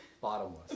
bottomless